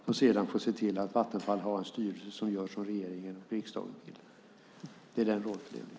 Regeringen får sedan se till att Vattenfall har en styrelse som gör som regering och riksdag vill.